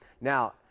Now